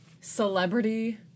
celebrity